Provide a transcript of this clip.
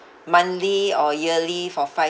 monthly or yearly for five